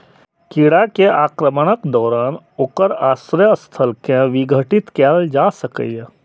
कीड़ा के आक्रमणक दौरान ओकर आश्रय स्थल कें विघटित कैल जा सकैए